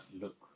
look